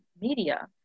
media